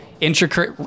intricate